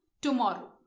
Tomorrow